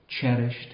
cherished